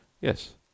Yes